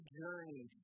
journey